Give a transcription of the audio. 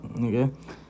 okay